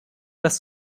dass